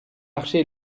marché